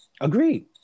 Agreed